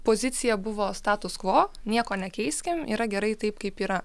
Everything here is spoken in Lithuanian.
pozicija buvo status kvo nieko nekeiskim yra gerai taip kaip yra